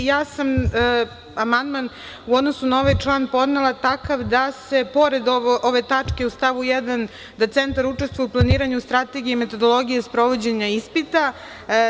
Podnela sam amandman u odnosu na ovaj član takav da se pored ove tačke u stavu 1. da Centar učestvuje u planiranju strategije i metodologije sprovođenja ispita,